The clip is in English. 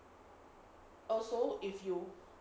also if you